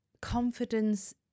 confidence